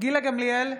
גילה גמליאל,